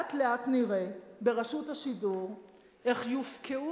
ולאט לאט נראה ברשות השידור איך יופקעו